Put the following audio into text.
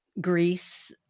Greece